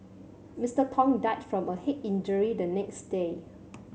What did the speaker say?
Mister Tong died from a head injury the next day